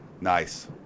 Nice